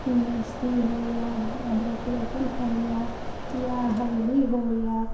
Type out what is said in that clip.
مرچی ہو یا ادرک لہسن ہو یا یا ہلدی ہو یا